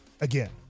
again